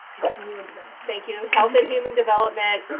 health and human development. thank you. health and human development.